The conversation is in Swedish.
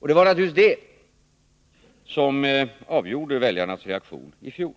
Det var naturligtvis detta som avgjorde väljarnas reaktion i fjol.